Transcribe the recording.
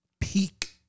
peak